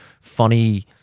funny